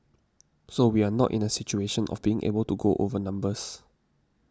so we are not in a situation of being able to go over numbers